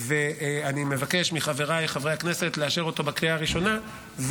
אני מבקש מחבריי חברי הכנסת לאשר אותו בקריאה הראשונה,